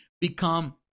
become